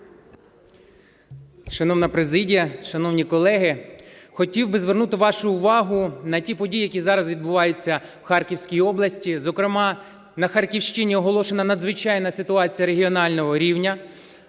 Шановна президія, шановні колеги! Хотів би звернути вашу увагу на ті події, які зараз відбуваються в Харківській області, зокрема на Харківщині оголошена надзвичайна ситуація регіонального рівня.